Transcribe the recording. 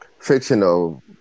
fictional